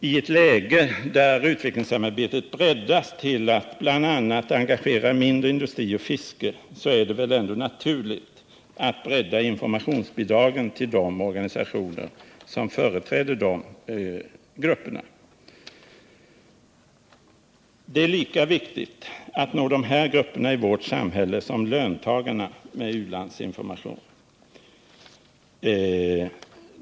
I ett läge där utvecklingssamarbetet breddas till att bl.a. engagera mindre industri och fiske är det väl ändå naturligt att öka informationsbidragen till de organisationer som företräder dessa verksamheter. Det är lika viktigt att nå dessa grupper i vårt samhälle med u-landsinformation som det är att nå löntagarna.